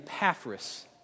Epaphras